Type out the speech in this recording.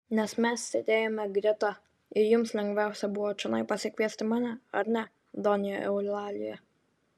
nes mes sėdėjome greta ir jums lengviausia buvo čionai pasikviesti mane ar ne donja eulalija